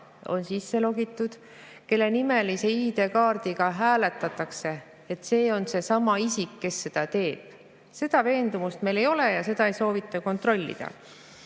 on sisse logitud, kelle ID‑kaardiga hääletatakse, on seesama isik, kes seda teeb. Seda veendumust meil ei ole ja seda ei soovita kontrollida.